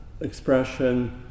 expression